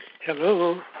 Hello